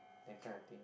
that kinda thing